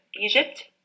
egypt